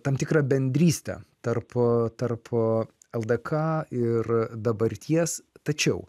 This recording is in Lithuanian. tam tikrą bendrystę tarp tarp ldk ir dabarties tačiau